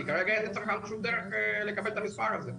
כי כרגע אין לצרכן שום דרך לקבל את המספר הזה.